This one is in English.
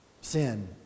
sin